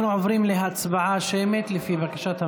אנחנו עוברים להצבעה שמית, לפי בקשת הממשלה.